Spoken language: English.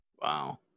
Wow